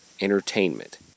Entertainment